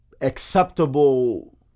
acceptable